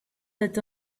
that